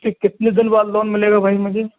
की कितने दिन बाद लोन मिलेगा भाई मुझे